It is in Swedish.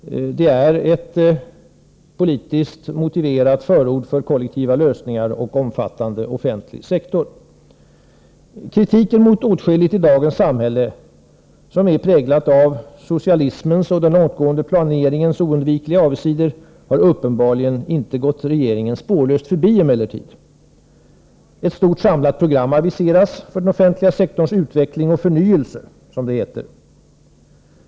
Det är ett politiskt motiverat förord för kollektiva lösningar och omfattande offentlig sektor. Kritiken mot åtskilligt i dagens samhälle, som är präglat av socialismens och den långtgående planeringens oundvikliga avigsidor, har emellertid uppenbarligen inte gått regeringen spårlöst förbi. Ett stort samlat program aviseras för den offentliga sektorns utveckling och förnyelse, som det heter.